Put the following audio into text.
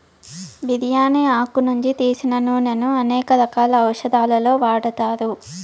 బిర్యాని ఆకు నుంచి తీసిన నూనెను అనేక రకాల ఔషదాలలో వాడతారు